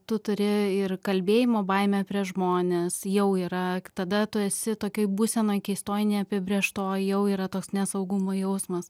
tu turi ir kalbėjimo baimę prieš žmones jau yra tada tu esi tokioj būsenoj keistoj neapibrėžtoj jau yra toks nesaugumo jausmas